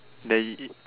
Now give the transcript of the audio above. that it